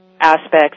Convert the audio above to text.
aspects